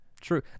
True